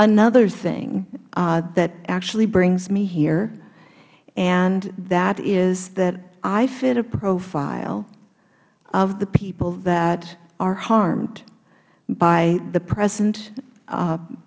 another thing that actually brings me here and that is that i fit a profile of the people that are harmed by the pres